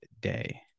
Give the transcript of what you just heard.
day